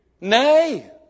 Nay